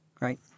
Right